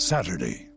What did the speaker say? Saturday